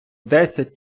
десять